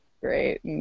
great